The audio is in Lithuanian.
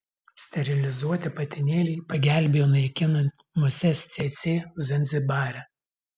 sterilizuoti patinėliai pagelbėjo naikinant muses cėcė zanzibare